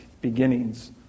beginnings